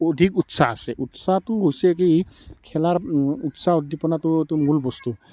অধিক উৎসাহ আছে উৎসাহটো হৈছে কি খেলাৰ উৎসাহ উদ্দীপনাটো এইটো মূল বস্তু